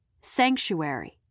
Sanctuary